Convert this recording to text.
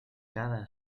cada